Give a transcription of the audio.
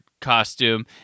costume